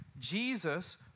Jesus